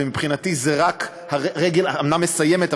ומבחינתי זה רק הרגל המסיימת,